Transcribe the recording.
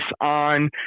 on